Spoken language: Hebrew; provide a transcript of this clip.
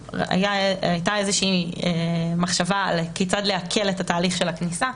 הייתה איזושהי מחשבה כיצד להקל על התהליך של הכניסה.